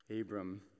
Abram